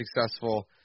successful